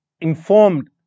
informed